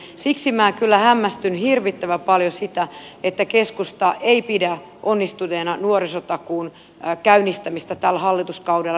siksi minä kyllä hämmästelen hirvittävän paljon sitä että keskusta ei pidä onnistuneena nuorisotakuun käynnistämistä tällä hallituskaudella